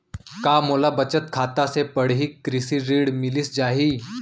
का मोला बचत खाता से पड़ही कृषि ऋण मिलिस जाही?